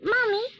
Mommy